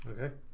Okay